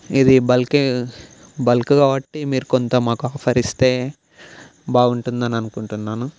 ఇది బల్కే బల్క్ కాబట్టి మీరు కొంత మాకు ఆఫర్ ఇస్తే బాగుంటుందని అనుకుంటున్నాను